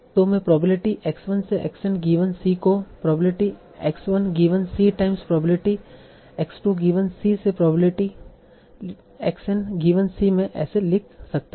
तो मैं probability x 1 से x n गिवन c को probability x 1 given c times probability x 2 given c से probability x n given c में ऐसे लिख सकता हू